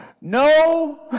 No